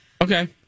Okay